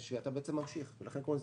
שבעצם ממשיכים, ולכן קוראים לזה